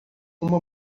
uma